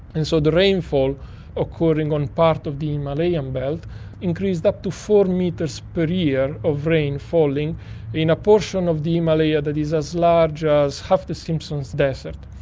and so the rainfall occurring on part of the malayan belt increased up to four metres per year of rain falling in a portion of the himalaya that is as large as half the simpson desert.